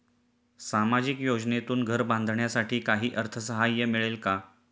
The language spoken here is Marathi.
सामाजिक योजनेतून घर बांधण्यासाठी काही अर्थसहाय्य मिळेल का?